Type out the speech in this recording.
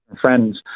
friends